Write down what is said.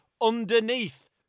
underneath